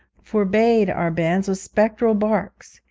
forbade our banns with sepulchral barks.